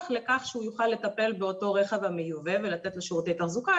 לכך שהוא יוכל לטפל באותו רכב המיובא ולתת לו שירותי תחזוקה.